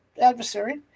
adversary